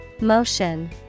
Motion